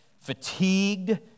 fatigued